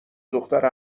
دختر